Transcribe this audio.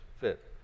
fit